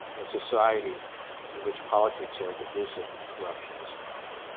as society in which politics are divisive and corruption is high.